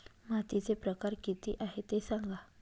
मातीचे प्रकार किती आहे ते सांगा